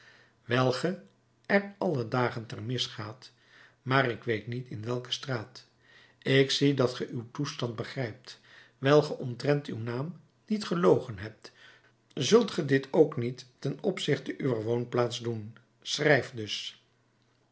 ge er alle dagen ter mis gaat maar ik weet niet in welke straat ik zie dat ge uw toestand begrijpt wijl ge omtrent uw naam niet gelogen hebt zult ge dit ook niet ten opzichte uwer woonplaats doen schrijf dus